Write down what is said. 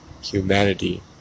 humanity